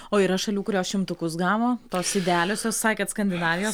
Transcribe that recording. o yra šalių kurios šimtukus gavo tos idealiosios sakėt skandinavijos